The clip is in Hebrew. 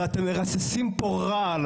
ואתם מרססים פה רעל,